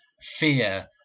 fear